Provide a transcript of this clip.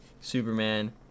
Superman